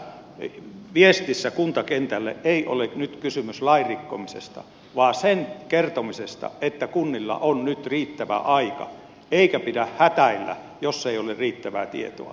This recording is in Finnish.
tässä viestissä kuntakentälle ei ole nyt kysymys lain rikkomisesta vaan sen kertomisesta että kunnilla on nyt riittävä aika eikä pidä hätäillä jos ei ole riittävää tietoa